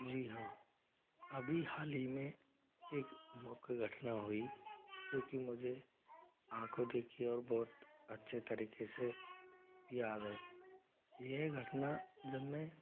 जी हाँ अभी हाल ही में एक मुख्य घटना हुई जो कि मुझे आँखो देखी और बहुत अच्छे तरीके से याद है यह घटना जब मैं